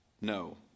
No